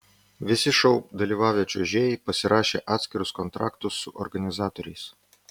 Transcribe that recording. visi šou dalyvavę čiuožėjai pasirašė atskirus kontraktus su organizatoriais